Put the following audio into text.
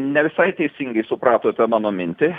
ne visai teisingai supratote mano mintį